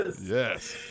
Yes